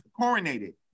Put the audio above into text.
coronated